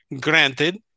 Granted